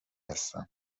هستم